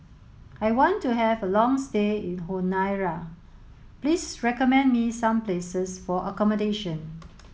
I want to have a long stay in Honiara please recommend me some places for accommodation